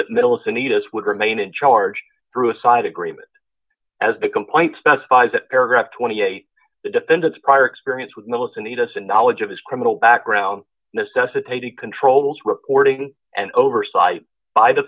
that middle of the neatest would remain in charge through a side agreement as the complaint specifies that paragraph twenty eight the defendant's prior experience with melissa need us and knowledge of his criminal background necessitated controls reporting and oversight by the